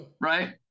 right